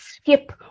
skip